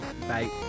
Bye